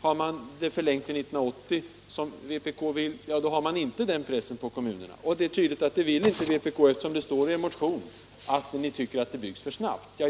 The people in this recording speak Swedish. har man det förlängt till 1980, som vpk vill, då har man inte den pressen på kommunerna. Det är tydligt att vpk inte vill det, eftersom det står i er motion att ni tycker att det byggs för snabbt.